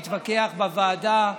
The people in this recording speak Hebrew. שהתווכח בוועדה,